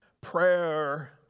Prayer